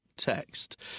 text